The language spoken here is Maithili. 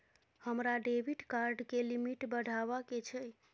हमरा डेबिट कार्ड के लिमिट बढावा के छै